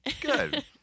Good